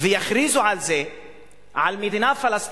ויכריזו על מדינה פלסטינית,